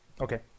Okay